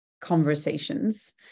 conversations